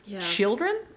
children